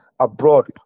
abroad